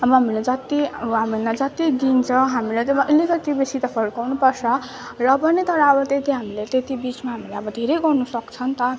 अब हामीलाई जति अब हामीलाई जति दिन्छ हामीले त्यसमा अलिकति बेसी त फर्काउनुपर्छ र पनि तर अब त्यति हामीले त्यति बिचमा हामीले अब धेरै गर्नु सक्छ नि त